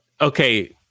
Okay